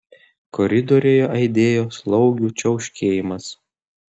koridoriuje aidėjo slaugių čiauškėjimas